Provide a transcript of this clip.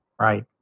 Right